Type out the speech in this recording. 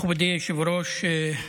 מכובדי היושב-ראש,